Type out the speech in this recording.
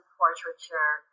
portraiture